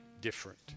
different